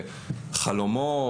חלומות,